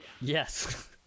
Yes